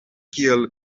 kiel